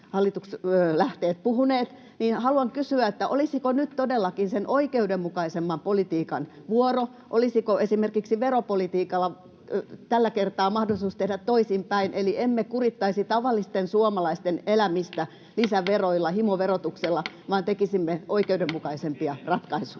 hallituslähteet puhuneet, niin haluan kysyä: Olisiko nyt todellakin sen oikeudenmukaisemman politiikan vuoro? Olisiko esimerkiksi veropolitiikalla tällä kertaa mahdollisuus tehdä toisinpäin, eli emme kurittaisi tavallisten suomalaisten elämistä lisäveroilla, himoverotuksella, vaan tekisimme oikeudenmukaisempia ratkaisuja?